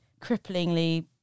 cripplingly